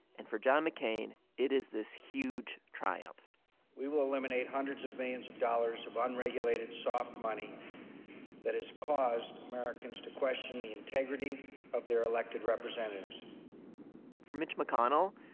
and for john mccain, it is this huge triumph we will eliminate hundreds of millions of dollars of unregulated soft money that has caused americans to question the integrity of their elected representatives for mitch mcconnell,